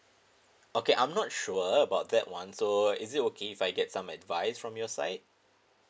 okay I'm not sure about that one so is it okay if I get some advice from your side